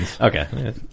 Okay